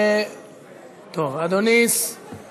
חברת הכנסת